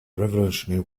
revolutionary